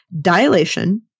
dilation